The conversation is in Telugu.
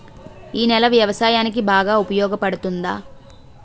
ఈ నేల వ్యవసాయానికి బాగా ఉపయోగపడుతుందా?